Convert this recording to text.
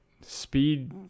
speed